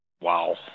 Wow